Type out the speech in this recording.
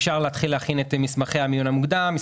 אפשר להתחיל את מסמכי המכרז,